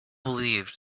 believed